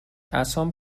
عصام